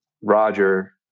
Roger